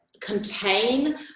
contain